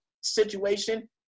situation